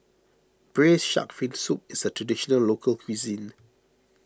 Braised Shark Fin Soup is a Traditional Local Cuisine